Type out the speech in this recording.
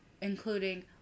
including